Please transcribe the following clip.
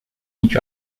each